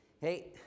Hey